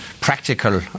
practical